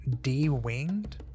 D-winged